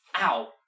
Ow